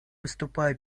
выступаю